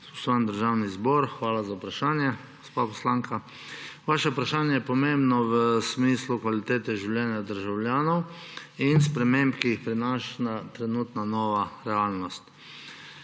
spoštovani državni zbor! Hvala za vprašanje, gospa poslanka. Vaše vprašanje je pomembno v smislu kvalitete življenja državljanov in sprememb, ki jih prinaša trenutna nova realnost.